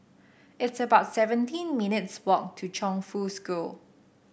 it's about seventeen minutes' walk to Chongfu School